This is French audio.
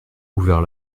ouvert